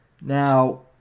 Now